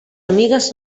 amigues